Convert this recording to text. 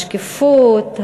השקיפות,